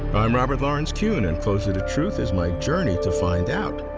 but i'm robert lawrence kuhn, and closer to truth is my journey to find out.